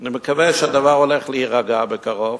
אני מקווה שהדבר הולך להירגע בקרוב,